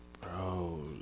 bro